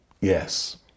Yes